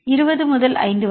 மாணவர் 20 முதல் 5 வரை